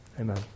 Amen